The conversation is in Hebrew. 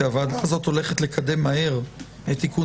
כי הוועדה הזאת הולכת לקדם מהר את תיקון